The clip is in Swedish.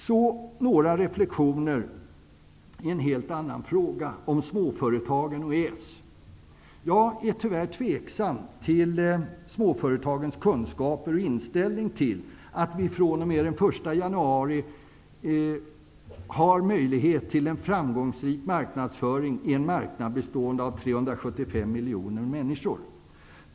Så några reflexioner i en helt annan fråga om småföretagen och EES. Jag är tyvärr tveksam till småföretagens kunskaper och inställning till att vi fr.o.m. den 1 januari har möjlighet till en framgångsrik marknadsföring i en marknad bestående av 375 miljoner människor.